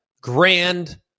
grand